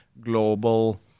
global